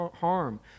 harm